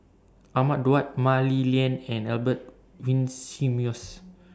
Ahmad Daud Mah Li Lian and Albert Winsemius